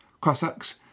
Cossacks